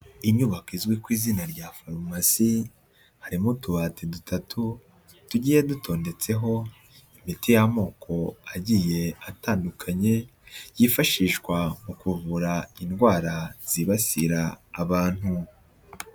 Inyubako izwi ku izina rya farumasi harimo utubati dutatu tugiye dutondetseho imiti y'amoko agiye atandukanye yifashishwa mu kuvura indwara zibasira abantu.